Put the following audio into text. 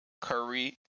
Curry